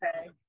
okay